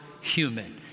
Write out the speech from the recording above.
human